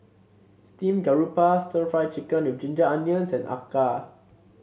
Steamed Garoupa stir Fry Chicken with Ginger Onions and acar